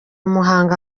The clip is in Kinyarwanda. muhanga